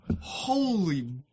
Holy